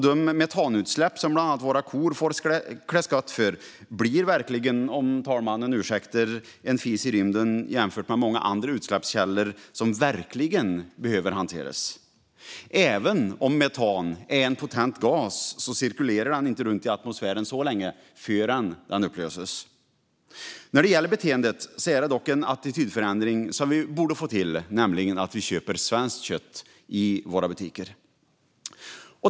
De metanutsläpp som bland annat våra kor får klä skott för blir verkligen, om fru talmannen ursäktar, en fis i rymden jämfört med många andra utsläppskällor som verkligen behöver hanteras. Även om metan är en potent gas cirkulerar den inte runt i atmosfären så länge förrän den upplöses. När det gäller beteende måste vi få till en attitydförändring, nämligen att vi ska köpa svenskt kött i våra butiker.